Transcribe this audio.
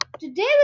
today